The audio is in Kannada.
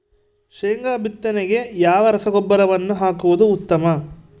ಶೇಂಗಾ ಬಿತ್ತನೆಗೆ ಯಾವ ರಸಗೊಬ್ಬರವನ್ನು ಹಾಕುವುದು ಉತ್ತಮ?